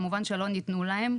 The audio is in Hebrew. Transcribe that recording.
כמובן שלא ניתנו להם,